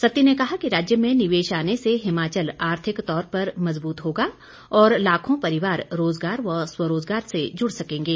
सत्ती ने कहा कि राज्य में निवेश आने से हिमाचल आर्थिक तौर पर मजबूत होगा और लाखों परिवार रोजगार व स्वरोजगार से जुड़ सकेंगे